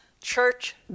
church